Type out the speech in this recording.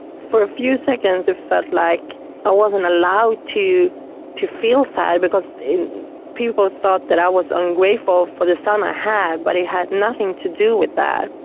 for a few seconds it felt like i wasn't allowed to to feel sad because people thought that i was ungrateful for the son i had but it had nothing to do with that,